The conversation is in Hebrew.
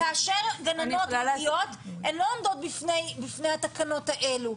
כאשר גננות מגיעות הן לא עומדות בפני התקנות האלו.